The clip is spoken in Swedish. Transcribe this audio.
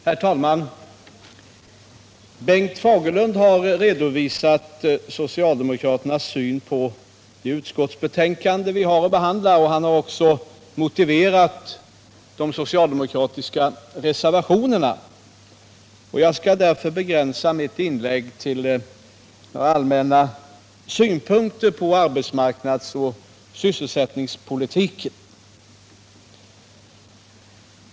Herr talman! Bengt Fagerlund har redovisat socialdemokraternas syn på det utskottsbetänkande som vi har att behandla, och han har också motiverat de socialdemokratiska reservationerna. Jag skall därför begränsa mitt inlägg till några allmänna synpunkter på arbetsmarknadsoch sysselsättningspolitiken.